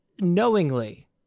knowingly